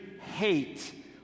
hate